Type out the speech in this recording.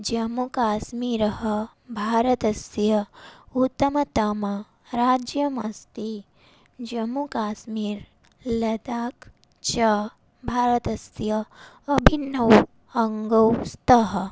जमुकाश्मीरः भारतस्य उत्तमतमराज्यमस्ति जम्मुकाश्मीर् लदाक् च भारतस्य अभिनव अङ्गौ स्तः